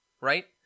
right